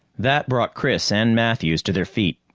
that brought chris and matthews to their feet.